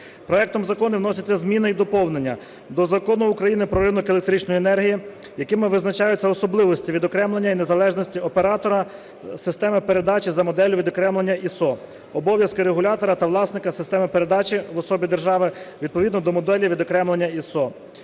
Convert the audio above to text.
Проектом закону вносяться зміни і доповнення до Закону України "Про ринок електричної енергії", якими визначаються особливості відокремлення і незалежності оператора системи передачі за моделлю відокремлення ISO, обов'язки регулятора та власника системи передачі в особі держави відповідно до моделі відокремлення ISO;